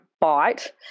bite